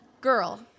Girl